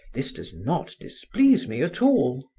this does not displease me at all.